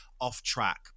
off-track